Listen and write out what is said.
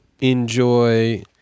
enjoy